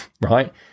right